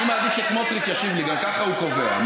אני מעדיף שסמוטריץ ישיב לי, גם ככה הוא קובע.